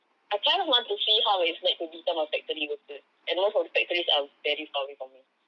I kind of want to see how it's like to be a factory worker and most of the factories are very far away from me